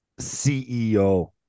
CEO